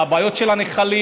הבעיות של הנחלים.